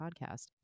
podcast